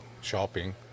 shopping